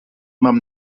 mam